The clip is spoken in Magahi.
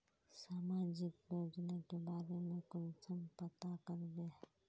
सामाजिक योजना के बारे में कुंसम पता करबे?